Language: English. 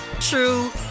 true